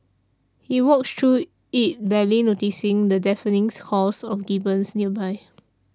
he walks through it barely noticing the deafening calls of gibbons nearby